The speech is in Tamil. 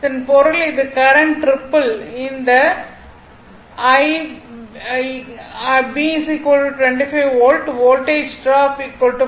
இதன் பொருள் இது கரண்ட் ரிப்பில் இந்த I b 25 volt voltage drop 5